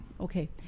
okay